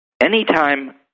anytime